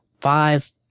five